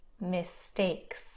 mistakes